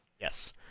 Yes